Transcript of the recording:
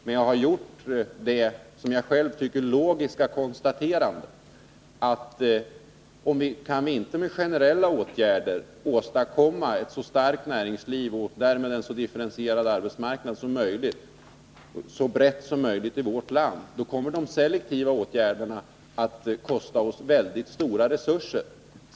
Men jag har gjort det som jag tycker logiska konstaterandet att om vi inte med generella åtgärder kan åstadkomma ett starkt näringsliv och därmed en så differentierad arbetsmarknad som möjligt, så kommer de selektiva åtgärderna att kosta oss väldigt stora resurser.